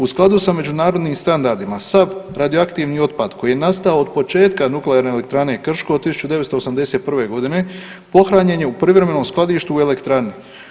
U skladu s međunarodnim standardima sav radioaktivni otpad koji je nastao od početka Nuklearne elektrane Krško od 1981. godine pohranjen je u privremenom skladištu u elektrani.